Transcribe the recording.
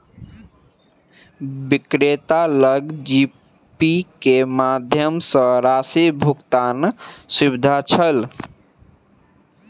विक्रेता लग जीपे के माध्यम सॅ राशि भुगतानक सुविधा छल